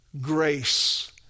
grace